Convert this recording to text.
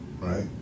right